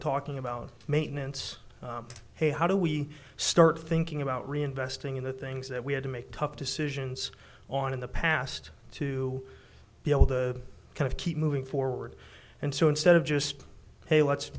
talking about maintenance hey how do we start thinking about reinvesting in the things that we have to make tough decisions on in the past to be able to kind of keep moving forward and so instead of just hey let's